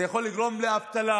זה יכול לגרום לאבטלה,